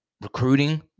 Recruiting